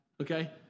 okay